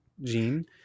Gene